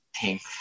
pink